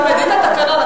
תלמדי את התקנון.